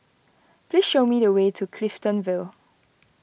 please show me the way to Clifton Vale